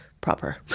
proper